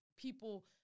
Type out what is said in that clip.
People